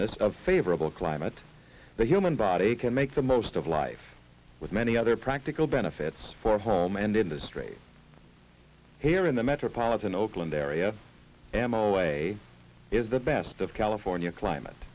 this of favorable climate the human body can make the most of life with many other practical benefits for home and industry here in the metropolitan oakland area is the best of california climate